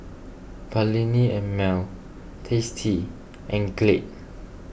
Perllini and Mel Tasty and Glade